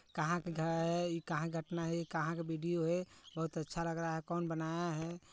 कहाँ के ई कहाँ के घटना है ये कहाँ का वीडियो है बहुत अच्छा लग रहा है कौन बनाया है